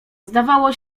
zdawało